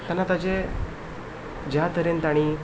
तेन्ना ताजें ज्या तरेन तांणी